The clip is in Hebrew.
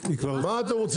מה אתם רוצים?